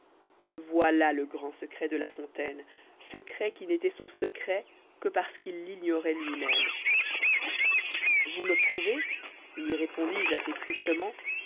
voilà le grand secret de la fontaine secret qui n'étoit son secret que parce qu'il l'ignoroit lui-même vous me prouvez lui répondis-je assez tristement